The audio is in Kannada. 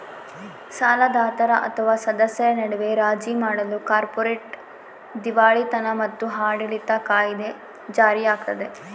ಸಾಲದಾತರ ಅಥವಾ ಸದಸ್ಯರ ನಡುವೆ ರಾಜಿ ಮಾಡಲು ಕಾರ್ಪೊರೇಟ್ ದಿವಾಳಿತನ ಮತ್ತು ಆಡಳಿತ ಕಾಯಿದೆ ಜಾರಿಯಾಗ್ತದ